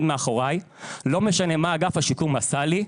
מאחוריי ולא משנה מה אגף השיקום עשה לי.